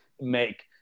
make